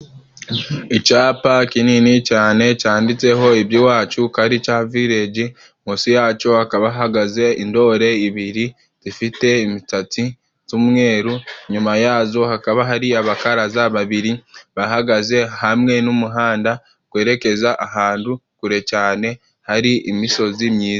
Icapa kinini cane canditseho iby'iwacu karica vileji, munsi yaco hakaba hahagaze indore ibiri zifite imitsatsi z'umweru, inyuma yazo hakaba hari abakaraza babiri bahagaze hamwe n'umuhanda gwerekeza ahandu kure cane hari imisozi myiza.